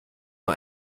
nur